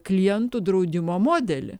klientų draudimo modelį